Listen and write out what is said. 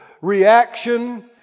reaction